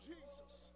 Jesus